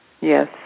Yes